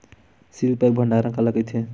Seal pack भंडारण काला कइथे?